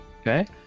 Okay